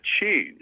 change